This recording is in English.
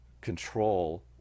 control